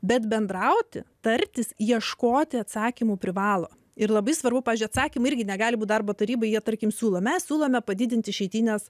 bet bendrauti tartis ieškoti atsakymų privalo ir labai svarbu pavyzdžiui atsakymai irgi negali būti darbo tarybai jie tarkim siūlo mes siūlome padidinti išeitines